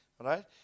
Right